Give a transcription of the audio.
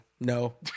No